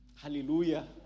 Hallelujah